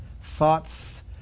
thoughts